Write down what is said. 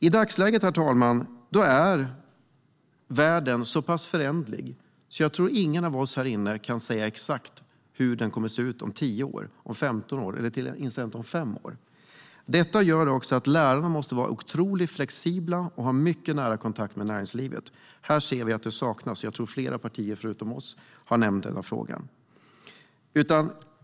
I dagsläget, herr talman, är världen så pass föränderlig att jag inte tror att någon av oss här inne kan säga exakt hur den kommer att se ut om tio eller femton år - eller ens om fem år. Det gör att lärarna måste vara otroligt flexibla och ha mycket nära kontakt med näringslivet. Här ser vi att det saknas, och jag tror att flera partier förutom vårt har nämnt frågan.